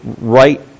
right